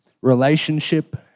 relationship